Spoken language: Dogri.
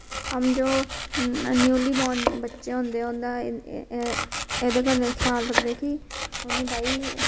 हम जो न्यूली बोर्न बच्चे होंदे उन्दा एह्दे गल्लै ख्याल रखदे कि ओनू भई